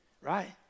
Right